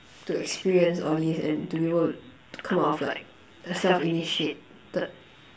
to experience all these and to be able to come out of like a self initiated